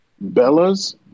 Bella's